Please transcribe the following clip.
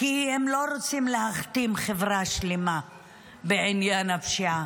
כי הם לא רוצים להכתים חברה שלמה בעניין הפשיעה.